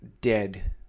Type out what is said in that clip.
dead